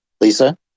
Lisa